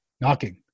knocking